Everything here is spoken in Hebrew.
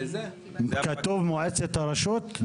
כתוב מועצת הרשות?